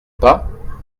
pas